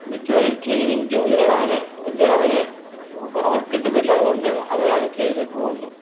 മിക്കവരും ക്ലീനിങ് ജോലികളാണ് വെച്ചാൽ അവർ അവർ കിട്ടുന്നില്ല അതുകൊണ്ട് അവരത് ചെയ്തു പോകുന്നു